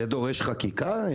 זה דורש חקיקה?